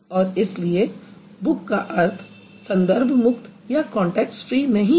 और इसलिए बुक शब्द का अर्थ संदर्भ मुक्त नहीं है